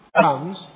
comes